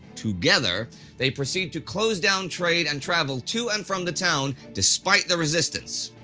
together they proceed to close down trade and travel to and from the town, despite the resistance.